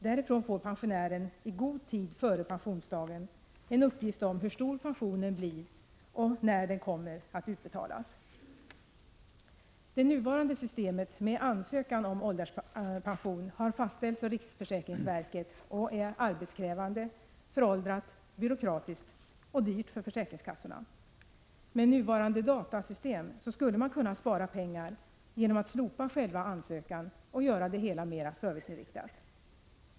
Därifrån får pensionären i god tid före pensionsdagen en uppgift om hur stor pensionen blir och när den kommer att utbetalas. Det nuvarande systemet med ansökan om ålderspension har fastställts av riksförsäkringsverket och är arbetskrävande, föråldrat, byråkratiskt och dyrt för försäkringskassorna. Med nuvarande datasystem skulle man kunna spara pengar genom att slopa ansökningen och göra det hela mer serviceinriktat.